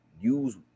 use